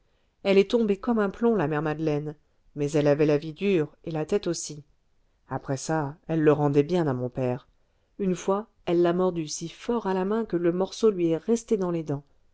elle est tombée comme un plomb la mère madeleine mais elle avait la vie dure et la tête aussi après ça elle le rendait bien à mon père une fois elle l'a mordu si fort à la main que le morceau lui est resté dans les dents